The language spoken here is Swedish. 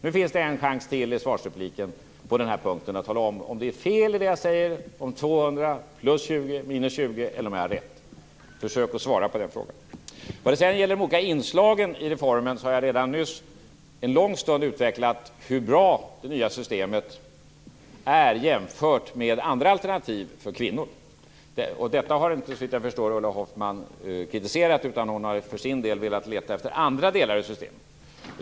Nu finns det en chans till att tala om i svarsrepliken på den här punkten om det jag säger om 200 plus 20 minus 20 är fel eller om jag har rätt. Försök att svara på den frågan. Vad sedan gäller de olika inslagen i reformen har jag nyss under en lång stund utvecklat hur bra det nya systemet är för kvinnor jämfört med andra system. Detta har såvitt jag förstår Ulla Hoffmann inte kritiserat, utan hon har för sin del velat leta efter andra delar i systemet.